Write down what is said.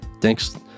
thanks